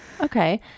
Okay